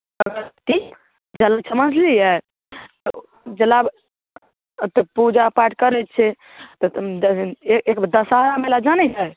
अगरबत्ती जल समझलिए तऽ जल आब पूजा पाठ करै छै तऽ दसहरा मेला जानै हइ